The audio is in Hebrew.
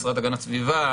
משרד הגנת הסביבה,